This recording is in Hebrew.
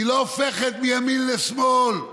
היא לא הופכת מימין לשמאל,